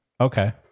Okay